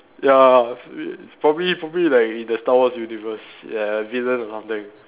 ya probably probably like in the star wars universe ya a villain or something